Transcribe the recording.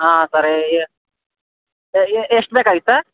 ಹಾಂ ಸರಿ ಈಗ ಎಷ್ಟು ಬೇಕಾಗಿತ್ತು